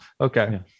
Okay